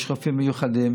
יש רופאים מיוחדים